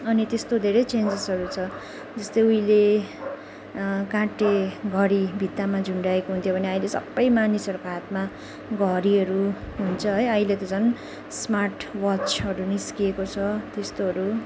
अनि त्यस्तो धेरै चेन्जेसहरू छ जस्तै उहिले काँटे घडी भित्तामा झुन्डाएको हुन्थ्यो भने अहिले सबै मानिसहरूको हातमा घडीहरू हुन्छ है अहिले त झन् स्मार्ट वचहरू निस्किएको छ त्यस्तोहरू